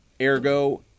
Ergo